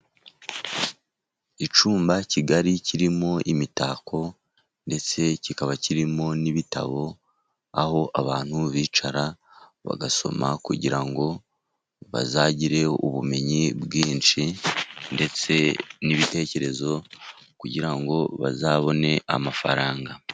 Icyumba kigali kirimo imitako ,ndetse kikaba kirimo n'ibitabo, aho abantu bicara bagasoma, kugira ngo bazagire ubumenyi bwinshi, ndetse n'ibitekerezo ,kugira ngo bazabone amafaranga.